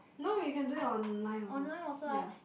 no you can do it online also yeah